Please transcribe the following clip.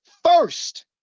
First